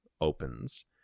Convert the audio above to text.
opens